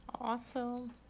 Awesome